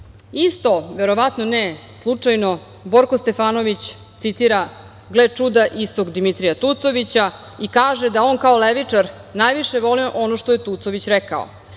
verovatno ne slučajno, Borko Stefanović citira, gle čuda, istog Dimitrija Tucovića i kaže da on kao levičar najviše voli ono što je Tucović rekao.